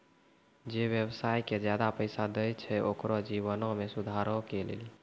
जे व्यवसाय के ज्यादा पैसा दै छै ओकरो जीवनो मे सुधारो के लेली